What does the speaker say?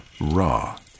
raw